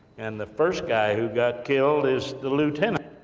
and the first guy who got killed, is the lieutenant,